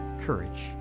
courage